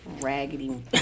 Raggedy